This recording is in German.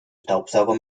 staubsauger